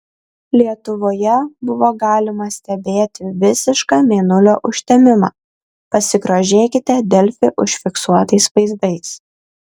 lietuvoje buvo galima stebėti visišką mėnulio užtemimą pasigrožėkite delfi užfiksuotais vaizdais